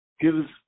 gives